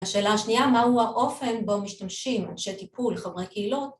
השאלה השנייה מהו האופן בו משתמשים אנשי טיפול, חברי קהילות